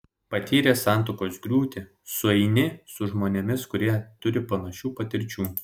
patyręs santuokos griūtį sueini su žmonėmis kurie turi panašių patirčių